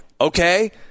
okay